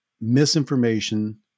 misinformation